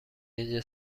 اینجا